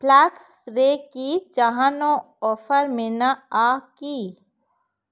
ᱯᱷᱞᱟᱠᱥ ᱨᱮ ᱠᱤ ᱡᱟᱦᱟᱱᱟᱜ ᱳᱯᱷᱟᱨ ᱢᱮᱱᱟᱜᱼᱟ ᱠᱤ